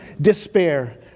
despair